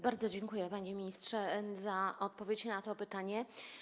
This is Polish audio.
Bardzo dziękuję, panie ministrze, za odpowiedź na to pytanie.